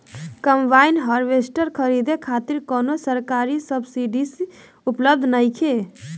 Combine harvester खरीदे खातिर कउनो सरकारी सब्सीडी उपलब्ध नइखे?